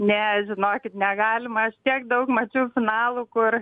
ne žinokit negalima aš tiek daug mačiau finalų kur